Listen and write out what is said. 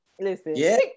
listen